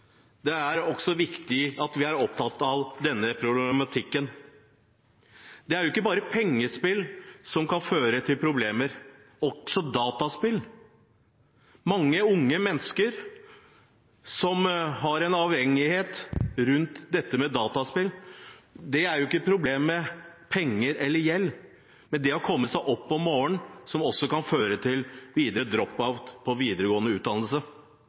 Det er også viktig at vi er opptatt av denne problematikken. Det er jo ikke bare pengespill som kan føre til problemer, men også dataspill. Det er mange unge mennesker som er avhengig av dataspill. De har jo ikke problemer med penger eller gjeld, men med å komme seg opp om morgenen – som også videre kan føre til drop-out fra videregående